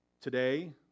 Today